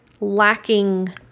lacking